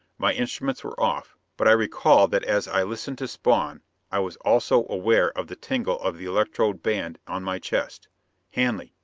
my instruments were off but i recall that as i listened to spawn i was also aware of the tingle of the electrode-band on my chest hanley,